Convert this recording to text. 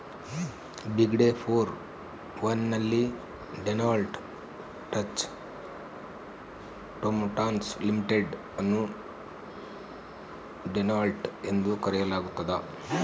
ಬಿಗ್ಡೆ four one ನಲ್ಲಿ Deloitte Touche Tohmatsu limited ಅನ್ನು Deloitte ಎಂದು ಕರೆಯಲಾಗ್ತದ